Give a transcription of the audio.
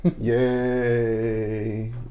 yay